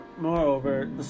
moreover